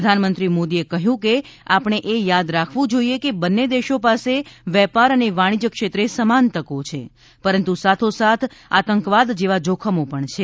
પ્રધાનમંત્રી મોદીએ કહયું કે આપણે એ યાદ રાખવું જોઇએ કે બંને દેશો પાસે વેપાર અને વાણિજય ક્ષેત્રે સમાન તકો છે પરંતુ સાથોસાથ આતંકવાદ જેવા જોખમો પણ છે